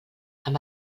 amb